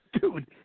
Dude